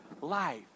Life